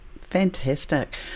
Fantastic